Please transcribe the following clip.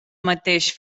mateix